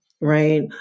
right